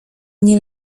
nie